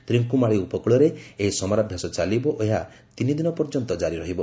ତ୍ରିଙ୍କୁମାଳୀ ଉପକୂଳରେ ଏହି ସମରାଭ୍ୟାସ ଚାଲିବ ଓ ଏହା ତିନିଦିନ ପର୍ଯ୍ୟନ୍ତ କାରି ରହିବ